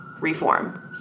Reform